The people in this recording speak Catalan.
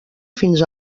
fins